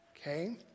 okay